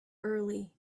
early